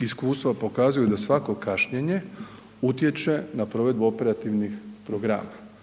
iskustva pokazuju da svako kašnjenje utječe na provedbu operativnih programa